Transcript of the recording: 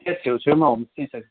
त्यहाँ छेउ छाउमा होमस्टे छ कि